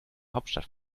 hauptstadt